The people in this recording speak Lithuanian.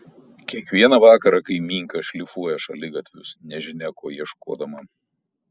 kiekvieną vakarą kaimynka šlifuoja šaligatvius nežinia ko ieškodama